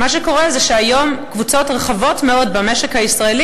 ומה שקורה זה שהיום קבוצות רחבות מאוד במשק הישראלי